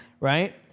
Right